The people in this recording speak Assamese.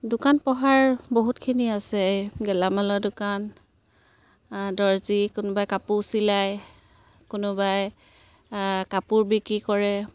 দোকান পোহাৰ বহুতখিনি আছে এই গেলামালৰ দোকান দৰ্জী কোনোবাই কাপোৰ চিলাই কোনোবাই কাপোৰ বিক্ৰী কৰে